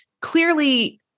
clearly